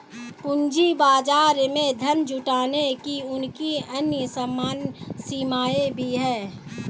पूंजी बाजार में धन जुटाने की उनकी अन्य सीमाएँ भी हैं